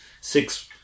six